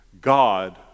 God